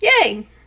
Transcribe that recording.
Yay